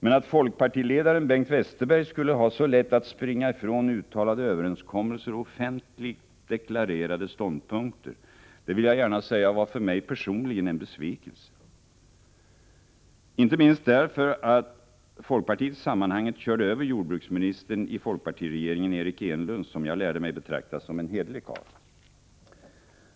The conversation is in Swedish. Men att folkpartiledaren Bengt Westerberg skulle ha så lätt att springa ifrån uttalade överenskommelser och offentligt deklarerade ståndpunkter var för mig personligen en besvikelse, inte minst därför att folkpartiet i sammanhanget körde över jordbruksministern i folkpartiregeringen Eric Enlund, som jag lärde mig betrakta som en hederlig karl.